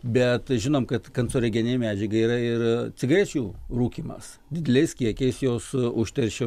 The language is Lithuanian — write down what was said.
bet žinom kad kancerogeninė medžiaga yra ir cigarečių rūkymas dideliais kiekiais jos užteršia